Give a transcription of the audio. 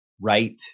right